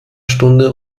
stunde